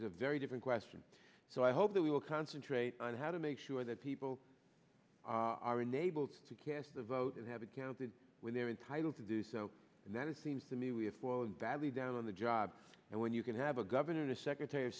is a very different question so i hope that we will concentrate on how to make sure that people are enabled to cast the vote and have it counted when they're entitled to do so and that it seems to me we have fallen badly down on the job and when you can have a governor secretary of